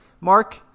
mark